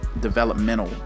developmental